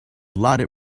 blinded